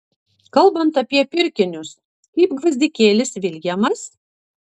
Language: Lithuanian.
kalbant apie pirkinius kaip gvazdikėlis viljamas